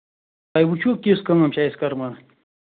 تۄہہِ وُچھُو کِژھ کٲم چھےٚ اَسہِ کٔرمٕژ